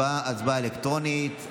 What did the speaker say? ההצבעה היא הצבעה אלקטרונית.